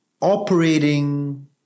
operating